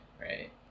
right